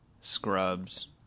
Scrubs